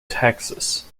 texas